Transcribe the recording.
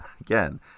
again